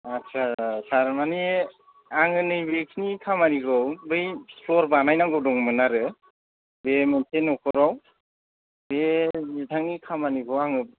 आटसा सार माने आङो नैबेखिनि खामानिखौ बै फ्लर बानायनांगौ दङमोन आरो बे मोनसे नखराव बे बिथांनि खामानिखौ आङो